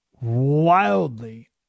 wildly